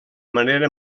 manera